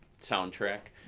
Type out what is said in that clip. soundtrack.